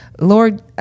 lord